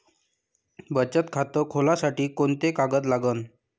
बचत खात खोलासाठी कोंते कागद लागन?